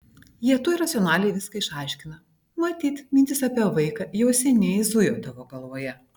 jie tuoj racionaliai viską išaiškina matyt mintis apie vaiką jau seniai zujo tavo galvoje